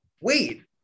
Wait